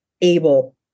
able